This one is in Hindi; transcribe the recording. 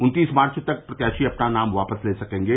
उत्तीस मार्च तक प्रत्याशी अपना नाम वापस ले सकेंगे